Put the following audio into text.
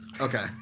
Okay